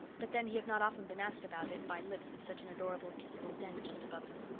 but then he had not often been asked about it by lips with such an adorable kissable dent just above them.